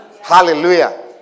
Hallelujah